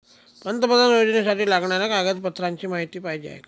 पंतप्रधान योजनेसाठी लागणाऱ्या कागदपत्रांची माहिती पाहिजे आहे